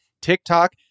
TikTok